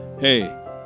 Hey